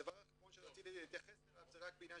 דבר אחרון שרציתי להתייחס אליו זה רק בעניין